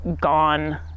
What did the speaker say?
gone